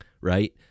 right